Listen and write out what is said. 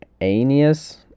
Aeneas